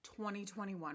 2021